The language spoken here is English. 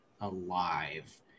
alive